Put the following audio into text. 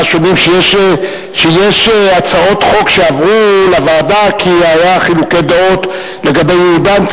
השונים שיש הצעות חוק שעברו לוועדה כי היו חילוקי דעות לגבי ייעודן.